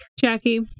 jackie